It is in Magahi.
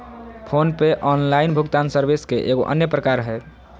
फोन पे ऑनलाइन भुगतान सर्विस के एगो अन्य प्रकार हय